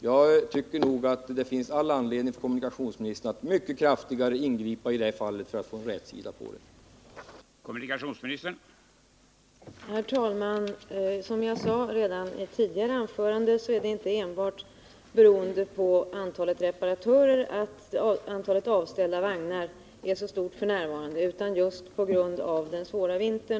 Jag tycker nog att det finns all anledning för kommunikationsministern att mycket kraftigare ingripa för att få någon rätsida i detta fall.